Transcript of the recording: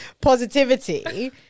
positivity